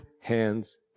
hands